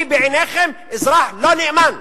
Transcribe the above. בעיניכם אני אזרח לא נאמן.